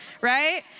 right